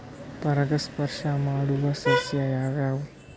ಪರಾಗಸ್ಪರ್ಶ ಮಾಡಾವು ಸಸ್ಯ ಯಾವ್ಯಾವು?